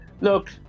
Look